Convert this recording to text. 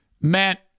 meant